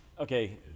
okay